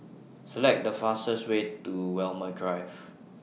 Select The fastest Way to Walmer Drive